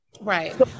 right